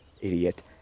Idiot